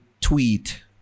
tweet